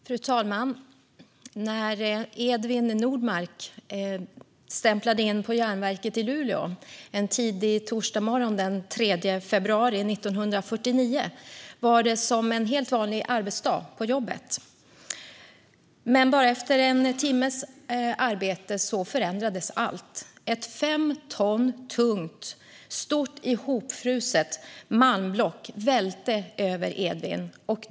Fru talman! När Edvin Nordmark stämplade in på järnverket i Luleå en tidig torsdagsmorgon den 3 februari 1949 var det som en helt vanlig dag på jobbet. Men bara efter en timmes arbete förändrades allt. Ett fem ton tungt, hopfruset malmblock välte över Edvin.